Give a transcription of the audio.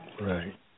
Right